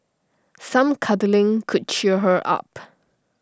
some cuddling could cheer her up